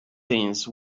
things